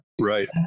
Right